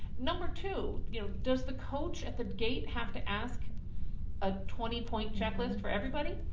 number two, you know, does the coach at the gate have to ask a twenty point checklist for everybody?